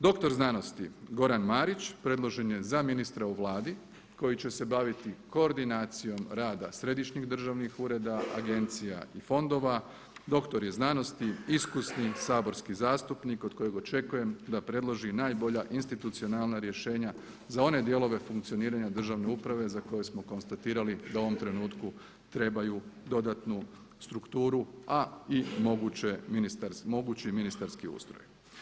Dr. znanosti Goran Marić predložen je za ministra u Vladi koji će se baviti koordinacijom rada središnjih državnih ureda, agencija i fondova, doktor je znanosti, iskusni saborski zastupnik od kojeg očekujem da predloži i najbolja institucionalna rješenja za one dijelove funkcioniranja državne uprave za koje smo konstatirali da u ovom trenutku trebaju dodatnu strukturu a i mogući ministarski ustroj.